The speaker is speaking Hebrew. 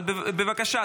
אבל בבקשה,